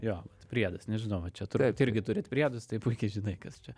jo priedas nežinau va čia turbūt irgi turi priedus tai puikiai žinai kas čia